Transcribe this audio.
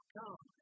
come